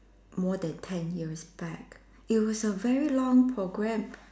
more than ten years back it was a very long program